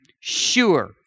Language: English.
sure